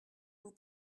vous